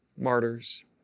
martyrs